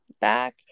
back